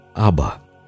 Abba